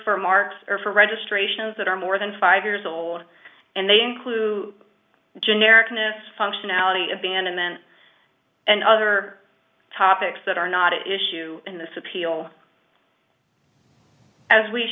for marks or for registrations that are more than five years old and they include generic unus functionality abandonment and other topics that are not issue in th